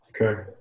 Okay